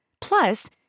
Plus